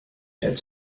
had